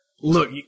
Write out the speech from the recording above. Look